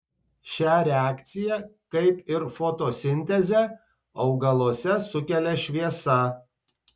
šią reakciją kaip ir fotosintezę augaluose sukelia šviesa